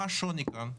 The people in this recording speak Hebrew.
מה השוני כאן?